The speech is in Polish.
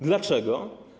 Dlaczego?